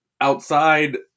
outside